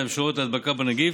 חבר הכנסת יאיר גולן,